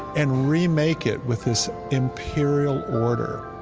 and remake it with this imperial order,